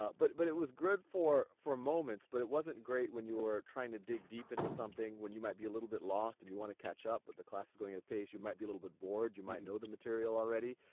but but it was good for for moments. but it wasn't great when you were trying to dig deep into something, when you might be a little bit lost and you want to catch up but the class is going at a pace, you might be a little bit bored, you might know the material already.